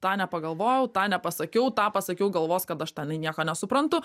tą nepagalvojau tą nepasakiau tą pasakiau galvos kad aš tenai nieko nesuprantu